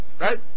Right